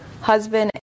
husband